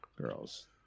girls